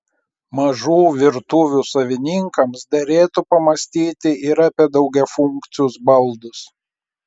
mažų virtuvių savininkams derėtų pamąstyti ir apie daugiafunkcius baldus